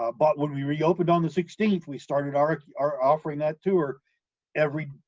ah but when we reopened on the sixteenth, we started our our offering that tour every,